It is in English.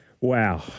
wow